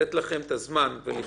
לתת לכם את הזמן לכתוב.